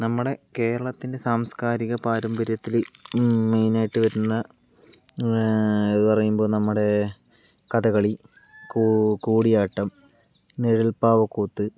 നമ്മുടെ കേരളത്തിൻ്റെ സാംസ്കാരിക പാരമ്പര്യത്തില് മെയിൻ ആയിട്ട് വരുന്ന എന്ന് പറയുമ്പോൾ നമ്മുടെ കഥകളി കൂ കൂടിയാട്ടം നിഴൽ പാവക്കൂത്ത്